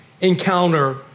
encounter